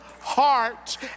heart